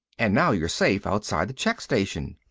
and now you're safe, outside the check-station.